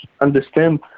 understand